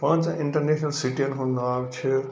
پانٛژَن international citizen ہُنٛد ناو چھِ